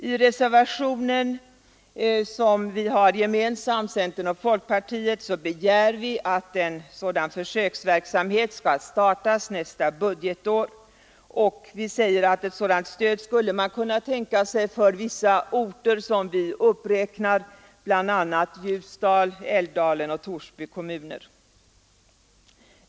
I reservationen som centern och folkpartiet har avgivit gemensamt begär vi att en sådan försöksverksamhet skall startas nästa budgetår. Vi säger att ett sådant stöd skulle man kunna tänka sig för vissa orter som vi uppräknar, bl.a. Ljusdals, Älvdalens och Torsby kommuner.